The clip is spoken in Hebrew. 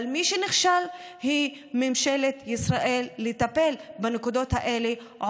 אבל מי שנכשל בטיפול בנקודות האלה היא ממשלת ישראל,